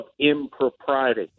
impropriety